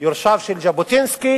יורשיו של ז'בוטינסקי,